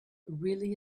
really